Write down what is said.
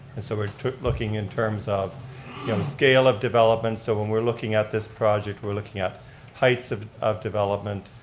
and so we're looking in terms of yeah um scale of development, so when we're looking at this project, we're looking at heights of of development,